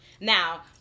Now